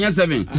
seven